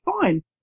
fine